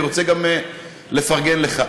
אני רוצה גם לפרגן לך.